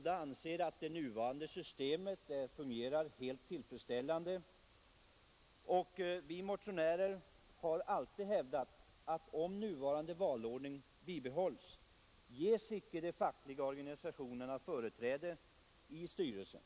De anser att det nuvarande systemet fungerar tillfredsställande. Vi motionärer har alltid hävdat att om nuvarande valordning bibehålls ges icke fackliga organisationer företräde i företagareföreningarnas styrelser,